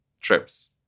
trips